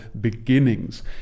beginnings